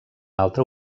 altre